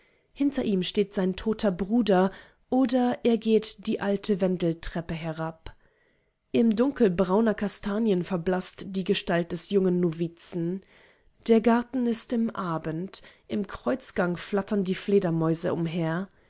hinter ihm steht sein toter bruder oder er geht die alte wendeltreppe herab im dunkel brauner kastanien verblaßt die gestalt des jungen novizen der garten ist im abend im kreuzgang flattern die fledermäuse umher